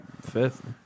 fifth